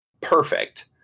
perfect